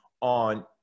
on